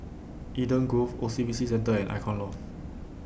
Eden Grove O C B C Centre and Icon Loft